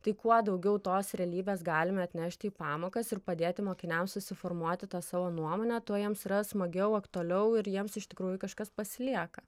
tai kuo daugiau tos realybės galime atnešti į pamokas ir padėti mokiniams susiformuoti tą savo nuomonę tuo jiems yra smagiau aktualiau ir jiems iš tikrųjų kažkas pasilieka